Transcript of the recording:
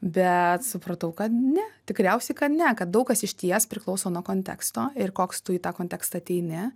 bet supratau kad ne tikriausiai kad ne kad daug kas išties priklauso nuo konteksto ir koks tu į tą kontekstą ateini